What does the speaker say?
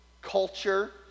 culture